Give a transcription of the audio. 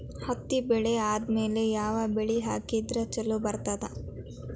ಹತ್ತಿ ಬೆಳೆ ಆದ್ಮೇಲ ಯಾವ ಬೆಳಿ ಹಾಕಿದ್ರ ಛಲೋ ಬರುತ್ತದೆ?